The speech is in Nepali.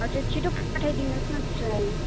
हजुर छिट्टो पठाइदिनुहोस् न त्यसो भए